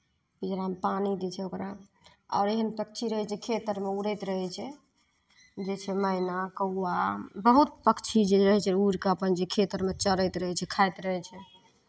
पिंजरामे पानि दै छै ओकरा आओर एहन पक्षी रहै छै जे खेत अरमे उड़ैत रहै छै जे छै मैना कौआ बहुत पक्षी जे रहै छै उड़ि कऽ अपन जे खेत अरमे चरैत रहै छै खाइत रहै छै